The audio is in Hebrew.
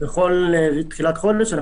כשכרגע בוטל גם